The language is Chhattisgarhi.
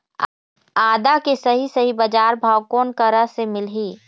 आदा के सही सही बजार भाव कोन करा से मिलही?